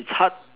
it's hard